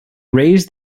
raise